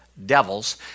devils